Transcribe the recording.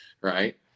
right